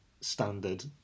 standard